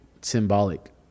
symbolic